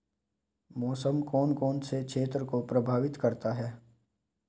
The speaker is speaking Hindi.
मौसम कौन कौन से क्षेत्रों को प्रभावित करता है?